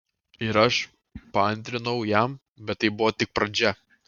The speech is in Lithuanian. ir aš paantrinau jam bet tai buvo tik pradžia